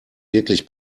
wirklich